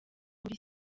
muri